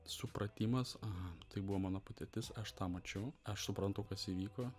supratimas aha tai buvo mano patirtis aš tą mačiau aš suprantu kas įvyko